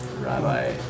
Rabbi